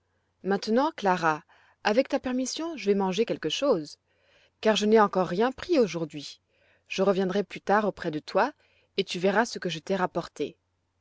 maintenant clara avec ta permission je vais manger quelque chose car je n'ai encore rien pris aujourd'hui je reviendrai plus tard auprès de toi et tu verras ce que je t'ai rapporté